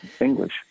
English